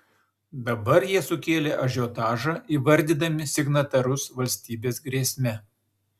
dabar jie sukėlė ažiotažą įvardydami signatarus valstybės grėsme